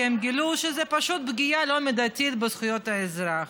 כי הם גילו שזו פשוט פגיעה לא מידתית בזכויות האזרח.